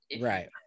Right